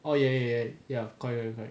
oh ya ya ya correct correct